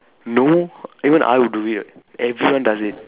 no even I will do it everyone does it